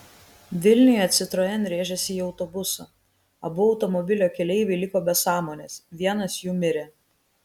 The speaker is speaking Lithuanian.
vilniuje citroen rėžėsi į autobusą abu automobilio keleiviai liko be sąmonės vienas jų mirė